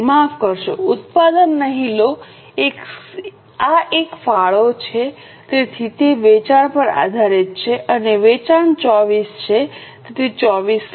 માફ કરશો ઉત્પાદન નહીં લો આ એક ફાળો છે તેથી તે વેચાણ પર આધારિત છે અને વેચાણ 24 છે તેથી 24 લો